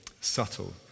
subtle